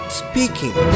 speaking